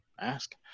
ask